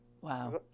Wow